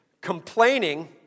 complaining